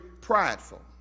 prideful